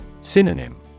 Synonym